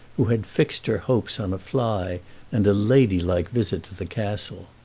who had fixed her hopes on a fly and a ladylike visit to the castle.